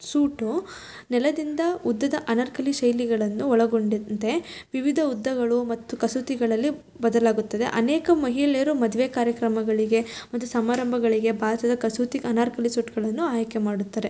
suit ನೆಲದಿಂದ ಉದ್ದದ ಅನಾರ್ಕಲಿ ಶೈಲಿಗಳನ್ನು ಒಳಗೊಂಡಿರುತ್ತೆ ವಿವಿಧ ಉದ್ದಗಳು ಮತ್ತು ಕಸೂತಿಗಳಲ್ಲಿ ಬದಲಾಗುತ್ತದೆ ಅನೇಕ ಮಹಿಳೆಯರು ಮದುವೆ ಕಾರ್ಯಕ್ರಮಗಳಿಗೆ ಮತ್ತು ಸಮಾರಂಭಗಳಿಗೆ ಭಾರತದ ಕಸೂತಿ ಅನಾರ್ಕಲಿ ಸೂಟ್ಗಳನ್ನು ಆಯ್ಕೆ ಮಾಡುತ್ತಾರೆ